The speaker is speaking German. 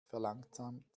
verlangsamt